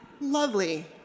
Lovely